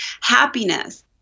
happiness